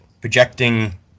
projecting